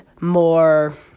more